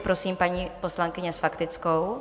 Prosím paní poslankyně s faktickou.